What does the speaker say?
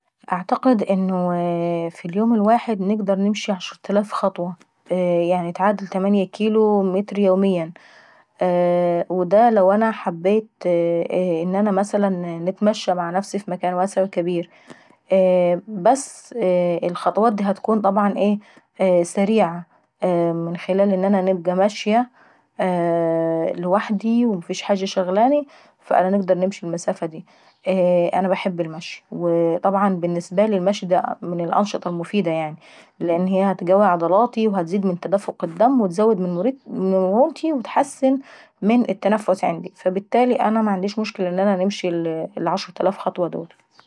اعتقد انه ف اليوم الواحد نقدر نمشي عشرتلاف خطوة في اليوم الواحد وتعادل تمانية كيلو متر يوميا. ودا لو انا حبيت ان انا نتمشى مع نفسي مثلا في مكان واسع وكابير. بس الخطوات دي هتكون سريعة من ان انا نبقى ماشية لوحدي ومفيش حاجة شغلاني هنقدر نمشي المسافة داي. انا باحب المشي، وطبعا بالنسبة لي المشي دا من الانشطة المفيدة يعني. لان هي هتقوي عضلاتي وهتزيد من تدفق الدم وهتزود من مرونتي وهتحسن من التنفس عندي فالبتالي انا معينديش مشكلة ان انا نمشي العشرتلاف خطوة دولي.